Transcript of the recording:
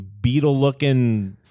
beetle-looking